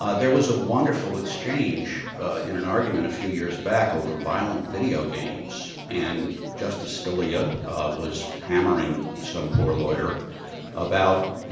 ah there was a wonderful exchange in an argument a few years back over violent video games and justice scalia was hammering some poor lawyer about, you